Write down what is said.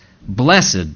blessed